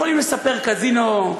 יכולים לספר קזינו,